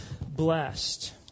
blessed